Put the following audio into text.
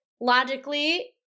logically